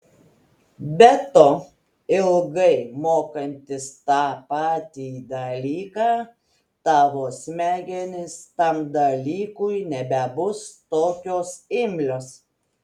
be to ilgai mokantis tą patį dalyką tavo smegenys tam dalykui nebebus tokios imlios